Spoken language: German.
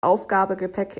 aufgabegepäck